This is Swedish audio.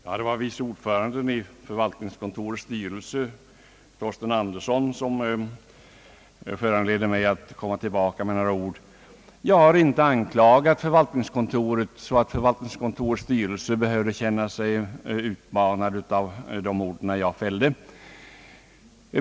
Herr talman! Vice ordföranden i förvaltningskontorets styrelse, herr Torsten Andersson, föranledde mig att komma tillbaka med några ord. Jag har inte anklagat förvaltningskontoret, så att dess styrelse behöver känna sig utmanad av de ord jag fällde.